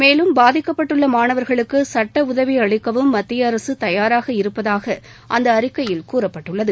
மேலும் பாதிக்கப்பட்டுள்ள மானவர்களுக்கு சுட்ட உதவி அளிக்கவும் மத்தியஅரசு தயாராக இருப்பதாக அந்த அறிக்கையில் கூறப்பட்டுள்ளது